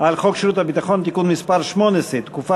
חוק שירות ביטחון (תיקון מס' 18) (תקופה